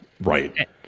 Right